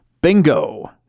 Bingo